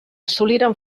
assoliren